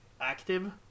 active